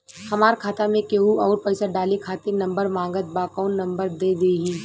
हमार खाता मे केहु आउर पैसा डाले खातिर नंबर मांगत् बा कौन नंबर दे दिही?